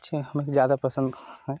पक्षियाँ हमें ज्यादा पसंद हैं